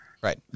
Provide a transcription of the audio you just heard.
Right